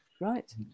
right